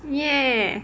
ya